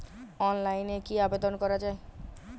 অনলাইনে কি আবেদন করা য়ায়?